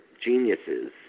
geniuses